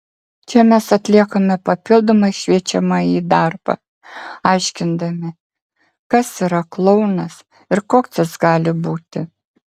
čia mes atliekame papildomą šviečiamąjį darbą aiškindami kas yra klounas ir koks jis gali būti